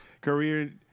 Career